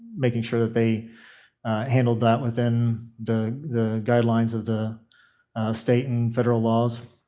making sure that they handled that within the the guidelines of the state and federal laws.